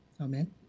Amen